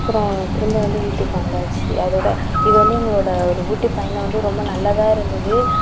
அப்புறம் திரும்ப வந்து வீட்டுக்கு வந்தாச்சு அதோட இது வந்து எங்களோட ஒரு ஊட்டி பயணம் வந்து ரொம்ப நல்லதாக இருந்தது